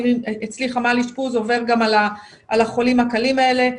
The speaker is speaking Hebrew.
אצלי חמ"ל אשפוז עובר גם על החולים הקלים האלה.